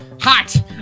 hot